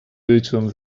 bildschirm